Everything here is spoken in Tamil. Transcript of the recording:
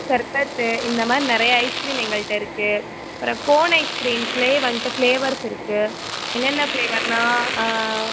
சர்பத்து இந்தமாதிரி நிறையா ஐஸ்க்ரீம் எங்கள்கிட்ட இருக்கு அப்புறம் கோன் ஐஸ்க்ரீம்ஸ்ல வந்துட்டு ஃப்ளேவர்ஸ் இருக்கு என்னென்ன ஃப்ளேவர்ன்னா